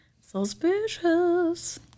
Suspicious